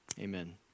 Amen